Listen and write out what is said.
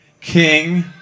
king